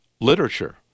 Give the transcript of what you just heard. literature